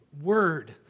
Word